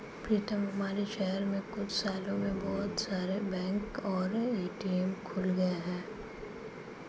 पीतम हमारे शहर में कुछ सालों में बहुत सारे बैंक और ए.टी.एम खुल गए हैं